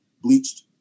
bleached